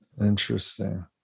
Interesting